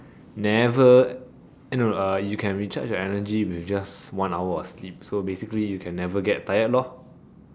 never eh no no you can recharge your energy with just one hour of sleep so basically you can never get tired lor